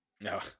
No